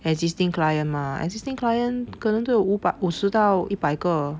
existing client mah existing client 可能都有五百五十到一百个